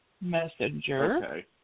messenger